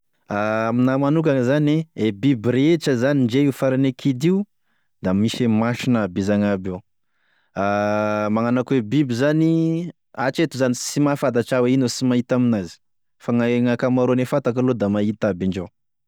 Aminahy manokana zany e biby rehetra zany ndre io farane kidy io, da misy masony aby izy agnaby io, magnano akoa e biby zany, hatreto zany sy mahafantatra aho ino sy mahita amin'azy fa gnankamaroane fantako aloha da mahita aby indreo.